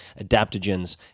adaptogens